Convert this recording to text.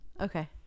Okay